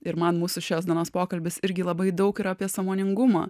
ir man mūsų šios dienos pokalbis irgi labai daug yra apie sąmoningumą